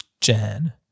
Jan